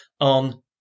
on